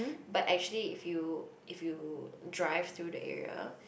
but actually if you if you drive to the area